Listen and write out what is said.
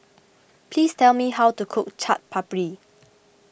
please tell me how to cook Chaat Papri